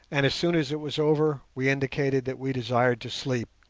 and as soon as it was over we indicated that we desired to sleep.